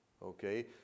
Okay